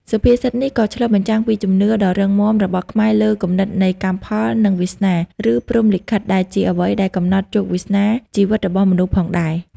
សុភាសិតនេះក៏ឆ្លុះបញ្ចាំងពីជំនឿដ៏រឹងមាំរបស់ខ្មែរលើគំនិតនៃកម្មផល និងវាសនា ឬព្រហ្មលិខិត ដែលជាអ្វីដែលកំណត់ជោគវាសនាជីវិតរបស់មនុស្សផងដែរ។